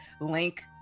link